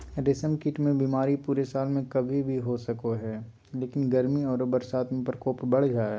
रेशम कीट मे बीमारी पूरे साल में कभी भी हो सको हई, लेकिन गर्मी आरो बरसात में प्रकोप बढ़ जा हई